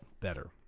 better